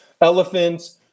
elephants